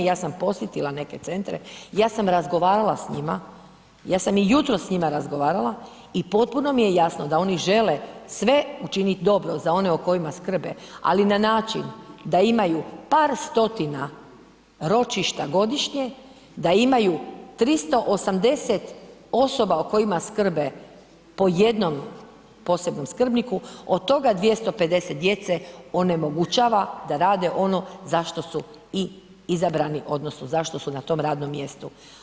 Ja sam posjetila neke centre, ja sam razgovarala s njima, ja sam i jutros s njima razgovarala i potpuno mi je jasno da oni žele sve učiniti dobro za one o kojima skrbe, ali na način da imaju par stotina ročišta godišnje, da imaju 380 osoba o kojima skrbe po jednom posebnom skrbniku, od toga 250 onemogućava da rade ono za što su i izabrani odnosno zašto su na tom radnom mjestu.